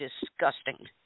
disgusting